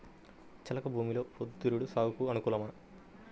చెలక భూమిలో పొద్దు తిరుగుడు సాగుకు అనుకూలమా?